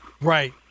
Right